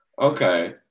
Okay